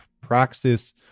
praxis